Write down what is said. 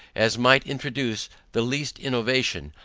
as might introduce the least innovation,